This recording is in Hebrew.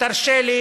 ותרשה לי